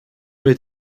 mit